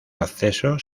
acceso